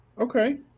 okay